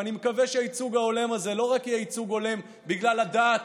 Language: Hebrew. ואני מקווה שהייצוג ההולם הזה לא רק יהיה ייצוג הולם בגלל הדת